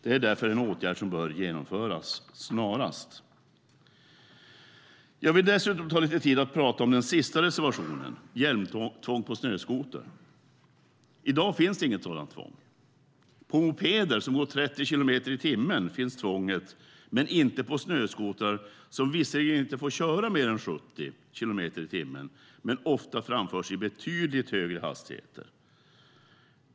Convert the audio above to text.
Det är därför en åtgärd som bör vidtas snarast. Jag vill dessutom ta lite tid för att prata om den sista reservationen, om hjälmtvång på snöskoter. I dag finns inget sådant tvång. På mopeder som går i 30 kilometer i timmen finns tvånget, men inte på snöskotrar som visserligen inte får köra mer än 70 kilometer i timmen men ofta framförs i betydligt högre hastigheter.